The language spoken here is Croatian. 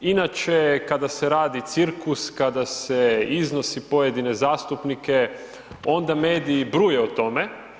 Inače kada se radi cirkus, kada se iznosi pojedine zastupnike, onda mediji bruje o tome.